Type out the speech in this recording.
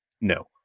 no